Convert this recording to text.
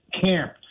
camp